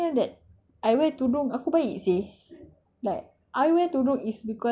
then I say to her lah tak semestinya that I wear tudung aku baik seh